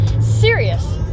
serious